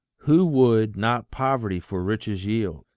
who would not poverty for riches yield?